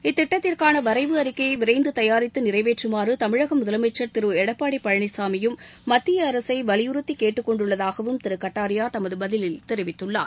இத்திட்டத்திற்னான வரவு அறிக்கையை விரைந்து தயாரித்து நிறைவேற்றமாறு தமிழக முதலமைச்சர் திரு எடப்பாடி பழனிசாமியும் மத்திய அரசை வலியுறுத்தி கேட்டுக்கொண்டுள்ளதாகவும் திரு கூட்டாரியா தமது பதிலில் தெரிவித்துள்ளார்